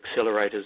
accelerators